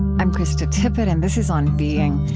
i'm krista tippett, and this is on being.